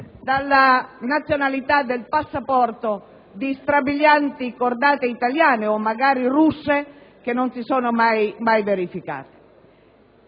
dalla nazionalità del passaporto delle strabilianti cordate italiane, o magari russe, che non si sono mai verificate.